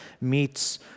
meets